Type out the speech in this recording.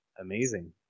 amazing